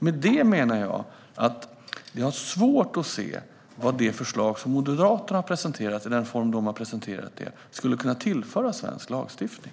Med detta menar jag att jag har svårt att se vad Moderaternas förslag, i den form det har presenterats, skulle kunna tillföra svensk lagstiftning.